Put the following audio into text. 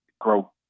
grow